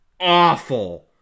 awful